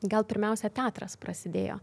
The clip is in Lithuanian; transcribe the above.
gal pirmiausia teatras prasidėjo